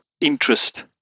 interest